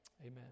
amen